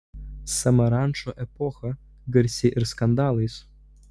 samarančo epocha garsi ir skandalais